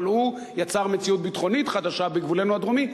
אבל הוא יצר מדיניות ביטחונית חדשה בגבולנו הדרומי.